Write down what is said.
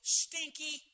stinky